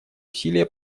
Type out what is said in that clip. усилия